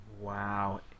Wow